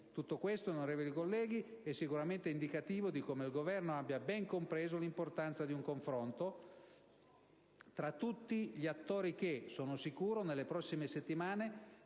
Tutto ciò, onorevoli colleghi, è sicuramente indicativo di come il Governo abbia ben compreso l'importanza di un confronto tra tutti gli attori, che, sono sicuro, nelle prossime settimane